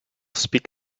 speak